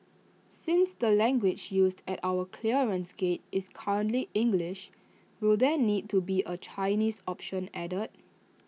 since the language used at our clearance gates is currently English will there need to be A Chinese option added